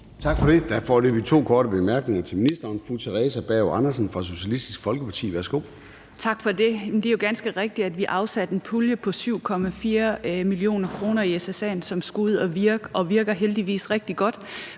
Tak for det. Der er foreløbig to korte bemærkninger til ministeren. Fru Theresa Berg Andersen fra Socialistisk Folkeparti. Værsgo. Kl. 13:42 Theresa Berg Andersen (SF): Tak for det. Det er jo ganske rigtigt, at vi afsatte en pulje på 7,4 mio. kr. i SSA'en, som skulle ud at virke, og som heldigvis virker rigtig godt,